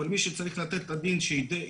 אבל מי שצריך לתת את הדין שייתן,